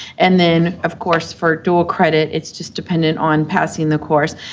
and then, of course, for dual credit, it's just dependent on passing the course,